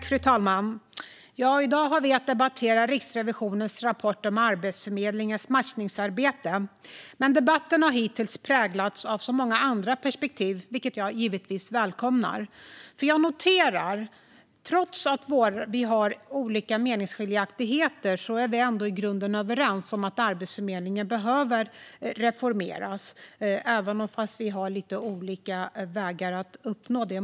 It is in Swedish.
Fru talman! I dag ska vi debattera Riksrevisionens rapport om Arbetsförmedlingens matchningsarbete, men debatten hittills har präglats av många andra perspektiv, vilket jag givetvis välkomnar. Jag noterar nämligen att vi trots våra meningsskiljaktigheter ändå är i grunden överens om att Arbetsförmedlingen behöver reformeras, även om vi vill nå det målet på olika vägar. Fru talman!